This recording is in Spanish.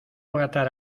matar